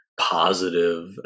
positive